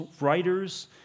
writers